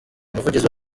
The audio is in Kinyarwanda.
umuvugizi